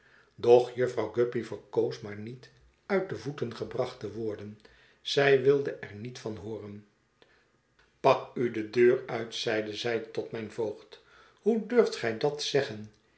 doch jufvrouw guppy verkoos maar niet uit de voeten gebracht te worden zij wilde er niet van hooren pak u de deur uit zeide zij tot mijn voogd hoe durft gij dat zeggen